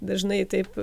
dažnai taip